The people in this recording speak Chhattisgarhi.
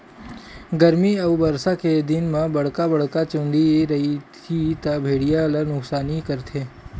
गरमी अउ बरसा के दिन म बड़का बड़का चूंदी रइही त भेड़िया ल नुकसानी करथे